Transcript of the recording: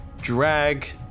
drag